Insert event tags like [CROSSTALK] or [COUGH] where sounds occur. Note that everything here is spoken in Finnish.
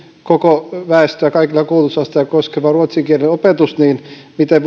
koko väestöä kaikkia koulutusasteita koskeva ruotsin kielen opetus niin miten [UNINTELLIGIBLE]